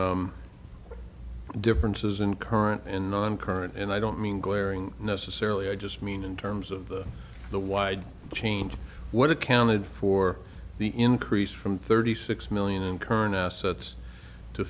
glaring differences in current and on current and i don't mean glaring necessarily i just mean in terms of the wide change what accounted for the increased from thirty six million and current assets to